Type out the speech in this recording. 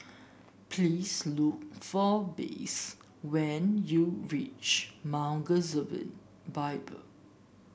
please look for Blaze when you reach Mount Gerizim Bible